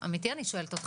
אם אתה יודע לומר.